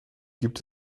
gibt